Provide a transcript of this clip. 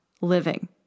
living